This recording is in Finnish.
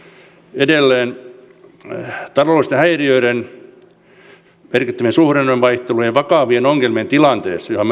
edelleen taloudellisten häiriöiden merkittävien suhdannevaihtelujen vakavien ongelmien tilanteessa johon